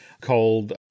called